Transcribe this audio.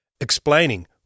explaining